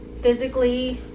physically